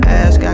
ask